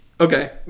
Okay